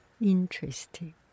interesting